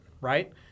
right